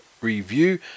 review